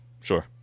Sure